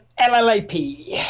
LLAP